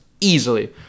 easily